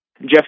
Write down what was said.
Jeff